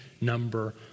number